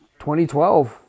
2012